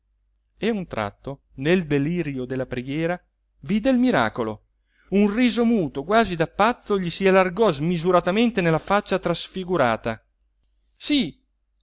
a un tratto nel delirio della preghiera vide il miracolo un riso muto quasi da pazzo gli s'allargò smisuratamente nella faccia trasfigurata sì